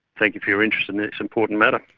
thank you for your interest in this important matter.